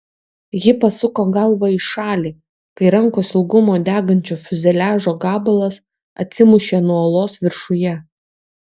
ji pasuko galvą į šalį kai rankos ilgumo degančio fiuzeliažo gabalas atsimušė nuo uolos viršuje